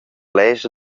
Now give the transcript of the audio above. lescha